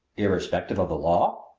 irrespective of the law?